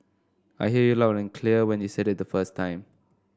I heard you loud and clear when you said it the first time